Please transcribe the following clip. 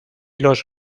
los